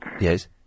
yes